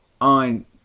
on